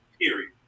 period